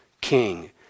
king